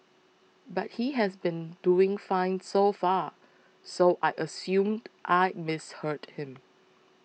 but he has been doing fine so far so I assumed I'd misheard him